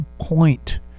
point